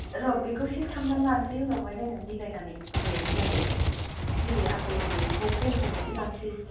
र' बेखौ सेट खामनानै लानोसै उनावहाय नायना मिलायनानै अबे मिलायो नैबे आगर गैयिखौ प्लेन खौ मोनसे लानोसै